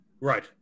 Right